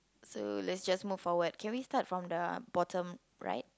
so let's just move forward can we start from the bottom right